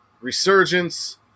resurgence